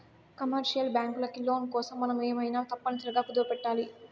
commercial బ్యాంకులకి loan కోసం మనం ఏమైనా తప్పనిసరిగా కుదవపెట్టాలి